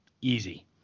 Easy